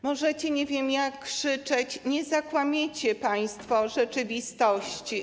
Możecie nie wiem jak krzyczeć, nie zakłamiecie państwo rzeczywistości.